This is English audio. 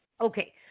Okay